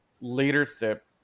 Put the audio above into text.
leadership